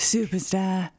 Superstar